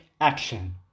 action